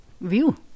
view